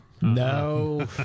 No